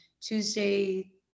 Tuesday